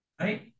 right